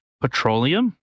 petroleum